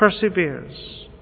perseveres